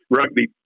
rugby